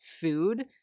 food